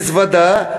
מזוודה,